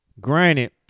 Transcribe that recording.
granted